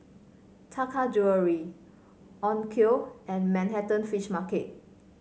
Taka Jewelry Onkyo and Manhattan Fish Market